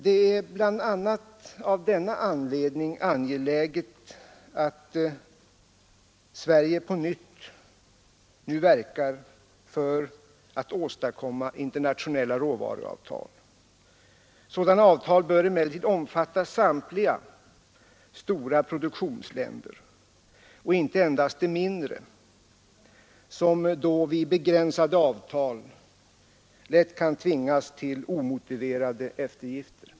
Det är bl.a. av denna anledning angeläget att Sverige på nytt verkar för att åstadkomma internationella råvaruavtal. Sådana avtal bör emellertid omfatta samtliga de stora produktionsländerna och inte endast de mindre, som vid begränsade avtal kan tvingas till omotiverade eftergifter.